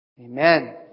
Amen